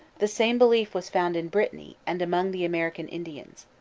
the same belief was found in brittany, and among the american indians.